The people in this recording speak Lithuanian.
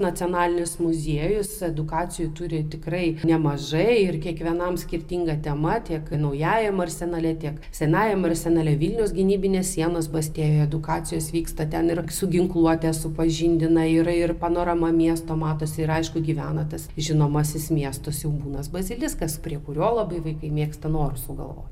nacionalinis muziejus edukacijų turi tikrai nemažai ir kiekvienam skirtinga tema tiek naujajame arsenale tiek senajame arsenale vilniaus gynybinės sienos bastijoje edukacijos vyksta ten ir su ginkluote supažindina yra ir panorama miesto matosi ir aišku gyvena tas žinomasis miesto siaubūnas baziliskas prie kurio labai vaikai mėgsta norus sugalvot